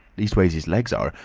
leastways, his legs are.